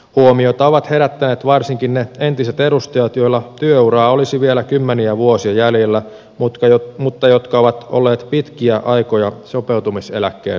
huomiota ovat herättäneet varsinkin ne entiset edustajat joilla työuraa olisi vielä kymmeniä vuosia jäljellä mutta jotka ovat olleet pitkiä aikoja sopeutumiseläkkeen varassa